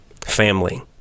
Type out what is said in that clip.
family